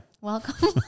Welcome